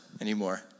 anymore